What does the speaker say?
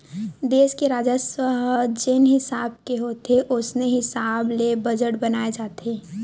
देस के राजस्व ह जेन हिसाब के होथे ओसने हिसाब ले बजट बनाए जाथे